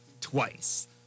twice